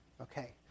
Okay